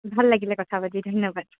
ভাল লাগিলে কথা পাতি ধন্যবাদ